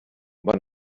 man